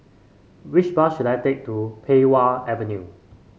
which bus should I take to Pei Wah Avenue